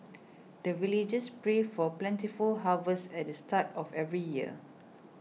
the villagers pray for plentiful harvest at the start of every year